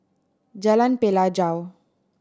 Jalan Pelajau